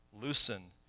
loosen